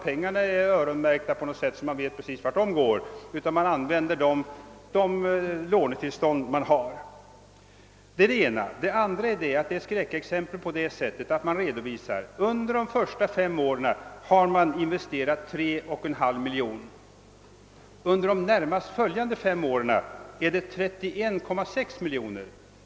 Pengarna är ju inte öronmärkta på något sätt, så att man kan säga precis vart de går, utan man använder de lånetillstånd man har fått. Det var den ena sidan av saken. Men det är även ett skräckexempel på det sättet att man redovisar, att man under femårsperioden 1965—1969 har investerat 3,5 miljoner men under de därpå följande fem åren vill investera 31,6 miljoner.